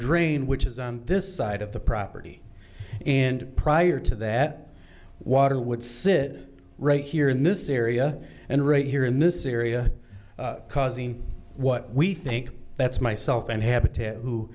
drain which is on this side of the property and prior to that water would sit right here in this area and right here in this area causing what we think that's myself and habitat who